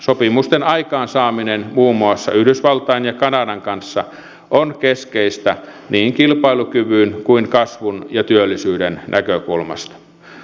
sopimusten aikaansaaminen muun muassa yhdysvaltain ja kanadan kanssa on keskeistä niin kilpailukyvyn kuin kasvun ja työllisyyden näkökulmasta